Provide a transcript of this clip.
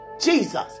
Jesus